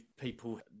people